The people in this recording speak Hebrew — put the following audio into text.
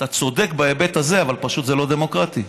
אתה צודק בהיבט הזה, אבל פשוט זה לא דמוקרטי.